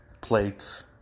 plates